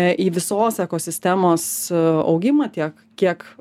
į visos ekosistemos augimą tiek kiek